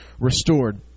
restored